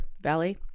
Valley